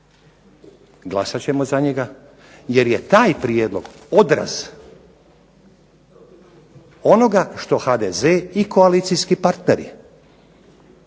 glasat ćemo za njega, jer je taj prijedlog odraz onoga što HDZ i koalicijski partneri